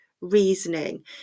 reasoning